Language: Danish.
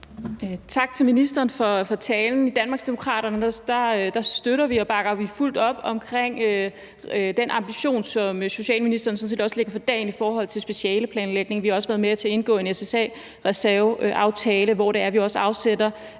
Tak til ministeren for talen. I Danmarksdemokraterne støtter vi og bakker fuldt op om den ambition, som socialministeren sådan set også lægger for dagen, i forhold til specialeplanlægning. Vi har også været med til at indgå en SSA-reserveaftale, hvor vi afsætter